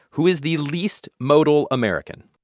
who is the least modal american?